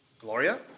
Gloria